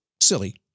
silly